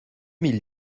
mille